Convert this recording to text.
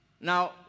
Now